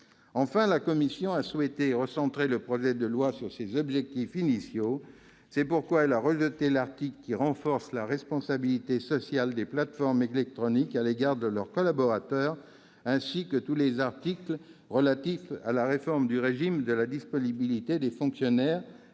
Enfin, la commission a souhaité recentrer le projet de loi sur ses objectifs initiaux. C'est pourquoi elle a rejeté l'article qui renforce la responsabilité sociale des plateformes électroniques à l'égard de leurs collaborateurs, ainsi que tous les articles relatifs à la réforme du régime de la disponibilité des fonctionnaires et